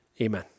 Amen